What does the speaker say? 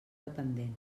dependent